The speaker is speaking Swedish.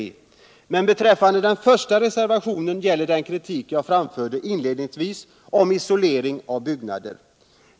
Men beträffande den första reservationen giller den kritik som jag framförde inledningsvis om isolering av byggnader.